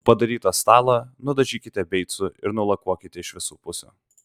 padarytą stalą nudažykite beicu ir nulakuokite iš visų pusių